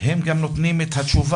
הם גם נותנים את התשובה,